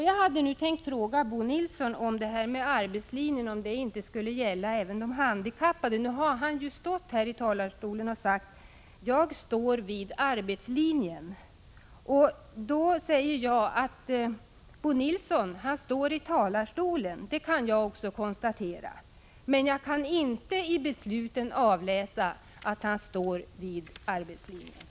Jag hade nu tänkt fråga Bo Nilsson om det här med arbetslinjen inte skulle gälla även de handikappade. Han har stått i talarstolen och sagt: Jag står fast vid arbetslinjen. Att Bo Nilsson står i talarstolen, det kan jag också konstatera, men jag kan inte i besluten avläsa att han står fast vid arbetslinjen.